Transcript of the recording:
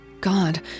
god